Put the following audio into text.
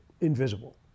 Invisible